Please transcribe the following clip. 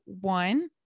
one